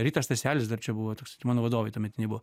rytas staselis dar čia buvo toks mano vadovai tuometiniai buvo